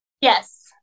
Yes